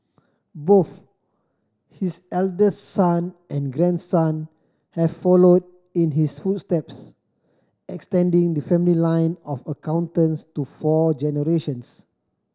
both his eldest son and grandson have followed in his footsteps extending the family line of accountants to four generations